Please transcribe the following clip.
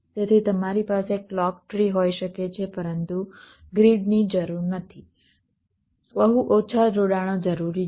તેથી તમારી પાસે ક્લૉક ટ્રી હોઈ શકે છે પરંતુ ગ્રીડની જરૂર નથી બહુ ઓછા જોડાણો જરૂરી છે